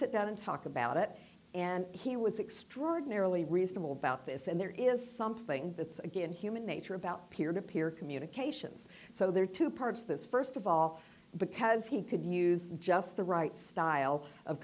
sit down and talk about it and he was extraordinarily reasonable about this and there is something that's a good human nature about peer to peer communications so there are two parts this st of all because he could use just the right style of